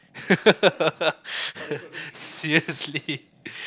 seriously